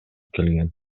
келген